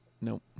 Nope